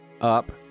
up